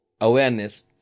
awareness